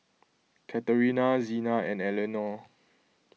Katharina Xena and Elenore